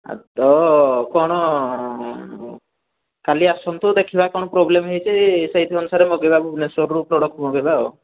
ଆଜି ତ କ'ଣ କାଲି ଆସନ୍ତୁ ଦେଖିବା କ'ଣ ପ୍ରୋବ୍ଲେମ୍ ହେଇଛି ସେଇ ଅନୁସାରେ ମଗାଇବା ଭୁବନେଶ୍ୱରରୁ ପ୍ରଡ଼କ୍ଟ ମଗାଇବା ଆଉ